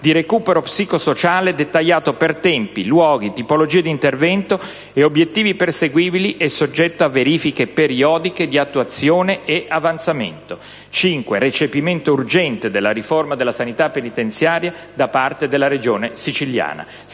di recupero psicosociale, dettagliato per tempi, luoghi, tipologie di intervento e obiettivi perseguibili e soggetto a verifiche periodiche di attuazione e avanzamento; recepimento urgente della riforma della sanità penitenziaria da parte della Regione Siciliana;